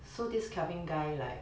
so this kelvin guy like